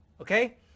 Okay